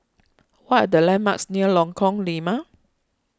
what are the landmarks near Lengkong Lima